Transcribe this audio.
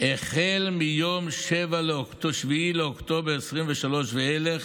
מיום 7 לאוקטובר 2023 ואילך,